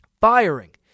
Firing